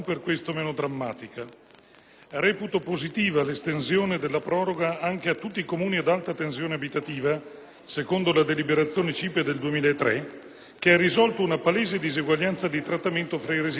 Reputo positiva l'estensione della proroga anche a tutti i Comuni ad alta tensione abitativa (secondo la deliberazione CIPE del 2003), che ha risolto una palese diseguaglianza di trattamento fra residenti in Comuni diversi.